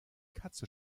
katze